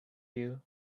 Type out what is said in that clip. you